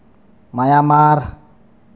Myanmar